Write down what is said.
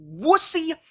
wussy